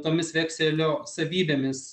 tomis vekselio savybėmis